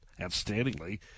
outstandingly